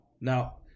Now